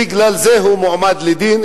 ובגלל זה הוא הועמד לדין,